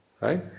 right